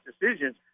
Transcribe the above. decisions